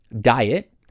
diet